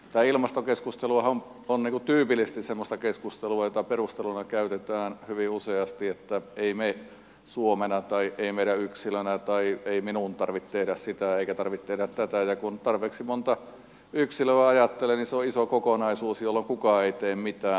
tämä ilmastokeskusteluhan on tyypillisesti semmoista keskustelua jossa perusteluna käytetään hyvin useasti että ei meidän suomena tai ei meidän yksilöinä tai ei minun tarvitse tehdä sitä eikä tarvitse tehdä tätä ja kun tarpeeksi monta yksilöä ajattelee niin se on iso kokonaisuus jolloin kukaan ei tee mitään